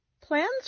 Plans